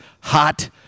hot